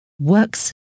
works